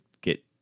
get